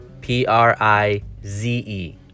P-R-I-Z-E